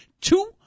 Two